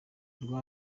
rwa